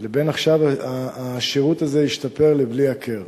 ובין עכשיו, השירות הזה השתפר לבלי הכר.